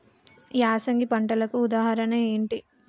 యాసంగి పంటలకు ఉదాహరణ ఏంటి?